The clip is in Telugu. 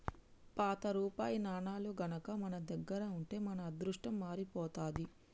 పాత రూపాయి నాణేలు గనక మన దగ్గర ఉంటే మన అదృష్టం మారిపోతాది